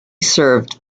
served